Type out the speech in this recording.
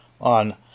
on